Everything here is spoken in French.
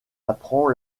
apprend